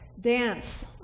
Dance